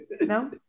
No